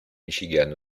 michigan